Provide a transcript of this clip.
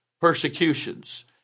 persecutions